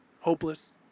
Hopeless